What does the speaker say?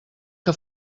que